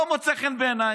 לא מוצא חן בעינייך,